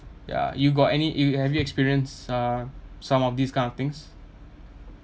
ya you got any you have you experience uh some of these kind of things